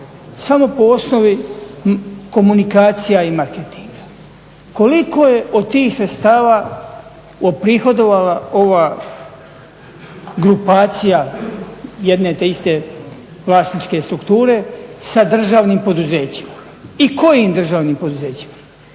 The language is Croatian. samo po osnovi komunikacija i marketinga. Koliko je od tih sredstava uprihodovala ova grupacija jedne te iste vlasničke strukture sa državnim poduzećima? I kojim državnim poduzećima?